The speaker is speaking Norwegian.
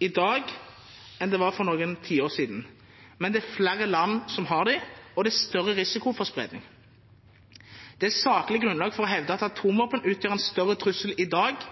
i dag enn det var for noen tiår siden. Men det er flere land som har dem, og det er større risiko for spredning. Det er saklig grunnlag for å hevde at atomvåpen utgjør en større trussel i dag